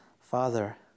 Father